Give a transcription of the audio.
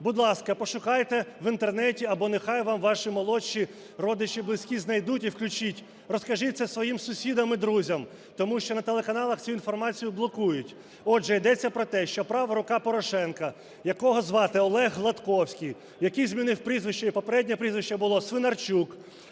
Будь ласка, пошукайте в Інтернеті або нехай вам ваші молодші родичі, близькі знайдуть, і включіть. Розкажіть це своїм сусідам і друзям. Тому що на телеканалах цю інформацію блокують. Отже, йдеться про те, що "права рука" Порошенка, якого звати Олег Гладковський, який змінив прізвище, і попереднє прізвище було Свинарчук,